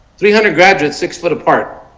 three hundred graduates sixty but apart.